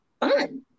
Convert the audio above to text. fun